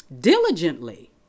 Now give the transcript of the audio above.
diligently